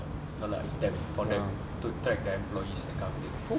no lah it's them for them to track their employees that kind of thing